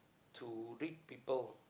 to read people